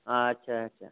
हाँ अच्छा अच्छा